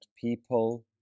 people